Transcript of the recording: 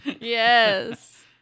Yes